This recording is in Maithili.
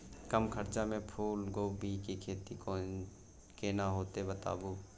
कम खर्चा में फूलकोबी के खेती केना होते बताबू?